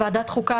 ועדת החוקה,